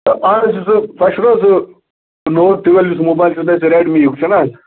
اَہَن حظ چھُ سُہ تۄہہِ چھُو نہٕ حظ سُہ نوٹ ٹُویل یُس موبایل چھُو تۄہہِ ریڈ می ہُک چھُ نا